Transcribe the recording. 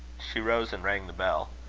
she rose and rang the bell.